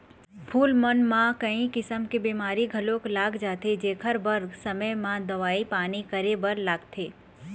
फूल मन म कइ किसम के बेमारी घलोक लाग जाथे जेखर बर समे म दवई पानी करे बर लागथे